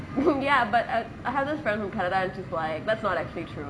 ya but i~ I have a friend from canada and she's like that's not actually true